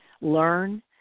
learn